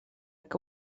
que